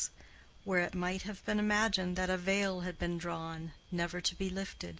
where it might have been imagined that a veil had been drawn never to be lifted,